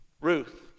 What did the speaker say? Ruth